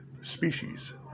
species